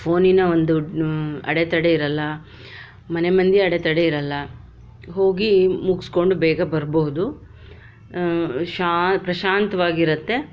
ಫೋನಿನ ಒಂದು ಅಡೆತಡೆ ಇರಲ್ಲ ಮನೆಮಂದಿ ಅಡೆತಡೆ ಇರಲ್ಲ ಹೋಗಿ ಮುಗಿಸ್ಕೊಂಡು ಬೇಗಬರ್ಬಹುದು ಶಾ ಪ್ರಶಾಂತವಾಗಿರತ್ತೆ